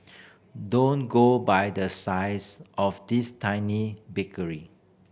don't go by the size of this tiny bakery